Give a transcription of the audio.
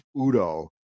Udo